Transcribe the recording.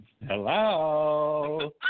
Hello